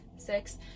six